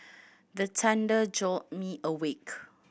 the thunder jolt me awake